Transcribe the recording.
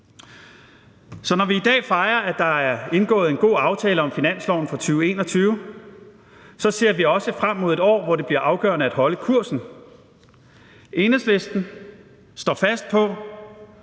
når vi i dag fejrer, at der er indgået en god aftale om finansloven for 2021, ser vi også frem mod et år, hvor det bliver afgørende at holde kursen. Enhedslisten står fast på,